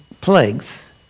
plagues